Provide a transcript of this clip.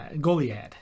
Goliad